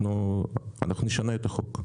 אנחנו נשנה את החוק.